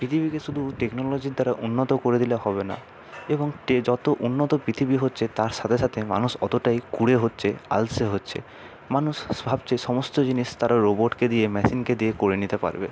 পৃথিবীকে শুধু টেকনোলজির দ্বারা উন্নত করে দিলে হবে না এবং যতো উন্নত পৃথিবী হচ্ছে তার সাথে সাথে মানুষ অতোটাই কুঁড়ে হচ্ছে আলসে হচ্ছে মানুষ ভাবছে সমস্ত জিনিস তারা রোবটকে দিয়ে মেশিনকে দিয়ে করে নিতে পারবে